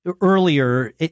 earlier